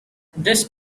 this